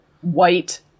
white